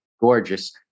gorgeous